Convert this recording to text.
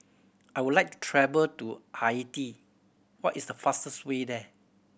I would like to travel to Haiti what is the fastest way there